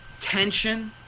tension,